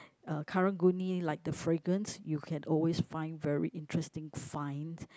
uh Karang-Guni like the freegance you can always find very interesting fine